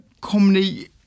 comedy